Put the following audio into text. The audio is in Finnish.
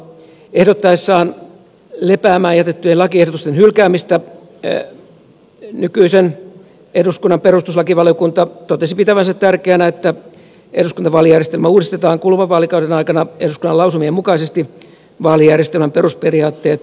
ehdottaessaan lepäämään jätettyjen lakiehdotusten hylkäämistä nykyisen eduskunnan perustuslakivaliokunta totesi pitävänsä tärkeänä että eduskuntavaalijärjestelmä uudistetaan kuluvan vaalikauden aikana eduskunnan lausumien mukaisesti vaalijärjestelmän perusperiaatteet säilyttäen